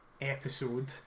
episode